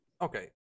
okay